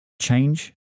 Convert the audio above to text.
change